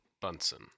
bunsen